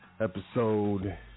episode